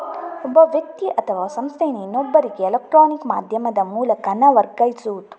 ಒಬ್ಬ ವ್ಯಕ್ತಿ ಅಥವಾ ಸಂಸ್ಥೆಯಿಂದ ಇನ್ನೊಬ್ಬರಿಗೆ ಎಲೆಕ್ಟ್ರಾನಿಕ್ ಮಾಧ್ಯಮದ ಮೂಲಕ ಹಣ ವರ್ಗಾಯಿಸುದು